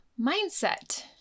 mindset